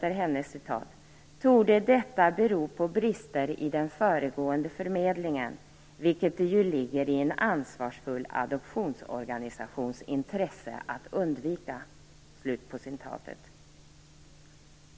"torde detta bero på bister i den föregående förmedlingen, vilket det ju ligger i ansvarsfull adoptionsorganisations intresse att undvika."